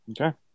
Okay